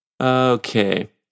Okay